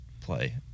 play